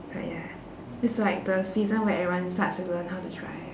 but ya it's like the season where everyone starts to learn how to drive